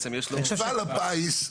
מפעל הפיס,